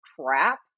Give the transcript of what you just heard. crap